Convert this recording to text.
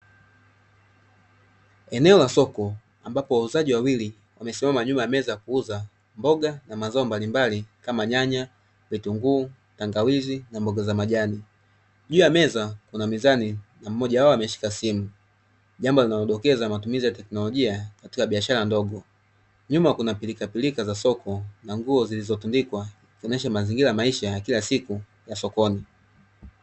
Eneo la soko ambapo wauzaji wawili wamesimama nyuma ya meza kuuza mboga na Mazao mbali mbali kama nyanya, vitunguu,,tangawizi na mboga za majani. Juu ya meza kuna mizani na mmoja wao ameshika simu jambo linadokeza matumizi ya technolojia katika biashara ndogo. Nyuma kuna pilika pilika za soko na nguo zilizotundikwa kuonyesha mazingira ya kila ya sokoni.